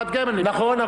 --- חיים כץ: נכון,